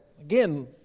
again